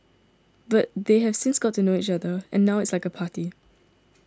but they have since got to know each other and now it is like a party